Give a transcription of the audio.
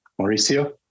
Mauricio